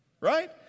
Right